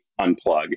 unplug